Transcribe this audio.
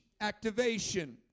activation